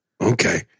Okay